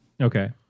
Okay